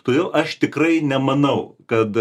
todėl aš tikrai nemanau kad